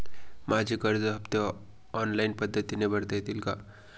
माझे कर्ज हफ्ते ऑनलाईन पद्धतीने भरता येतील का?